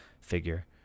figure